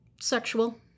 Sexual